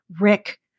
Rick